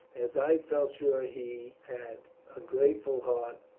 as i felt sure he had, a grateful heart.